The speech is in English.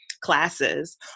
classes